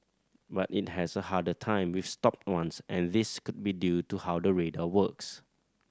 but it has a harder time with stopped ones and this could be due to how the radar works